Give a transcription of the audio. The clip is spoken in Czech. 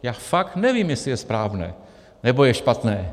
Já fakt nevím, jestli je správné, nebo je špatné.